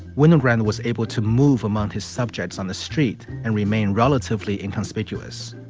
winogrand was able to move among his subjects on the street and remain relatively inconspicuous.